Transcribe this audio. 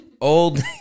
Old